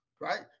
right